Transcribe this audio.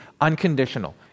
unconditional